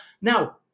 Now